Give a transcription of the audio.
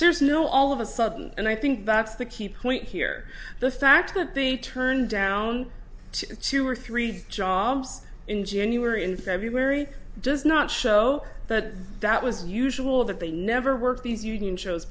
series no all of a sudden and i think that's the key point here the fact that the turn down two or three jobs in january and february does not show that that was usual that they never worked these union shows